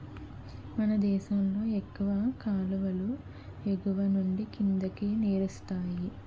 మనదేశంలో ఎక్కువ కాలువలు ఎగువనుండి కిందకి నీరిస్తాయి